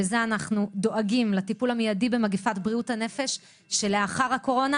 בזה אנחנו דואגים לטיפול מידי במגפת בריאות הנפש שלאחר הקורונה